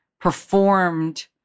performed